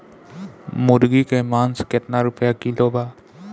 मुर्गी के मांस केतना रुपया किलो बा?